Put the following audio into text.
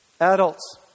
Adults